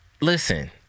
Listen